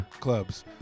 clubs